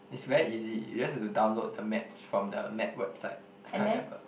it's very easy you just have to download the maps from the map website I can't remember